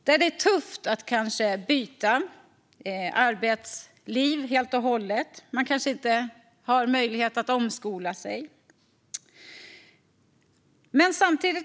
Då kan det vara tufft att byta arbetsliv, och möjlighet att omskola sig kanske saknas.